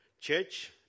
church